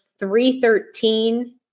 313